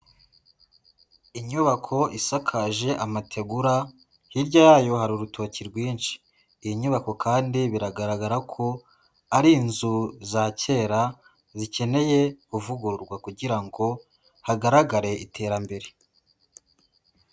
Inyubako isakaje amategura, hirya yayo hari urutoki rwinshi. Iyi nyubako kandi biragaragara ko, ari inzu za kera, zikeneye kuvugururwa kugira ngo hagaragare iterambere.